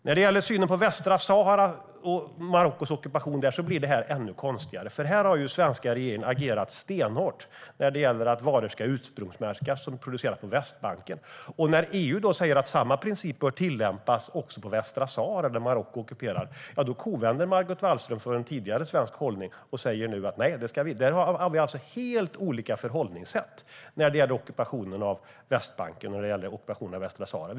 När det gäller synen på Marockos ockupation av Västsahara blir det här ännu konstigare, för den svenska regeringen har agerat stenhårt för att varor som har producerats på Västbanken ska ursprungsmärkas, men när EU säger att samma princip bör tillämpas på varor från Västsahara kovänder Margot Wallström från den tidigare svenska hållningen och säger nej. Vi har alltså två helt olika förhållningssätt när det gäller ockupationerna av Västbanken och Västsahara.